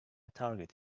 target